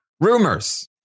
rumors